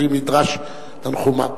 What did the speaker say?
לפי מדרש תנחומא.